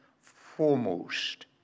foremost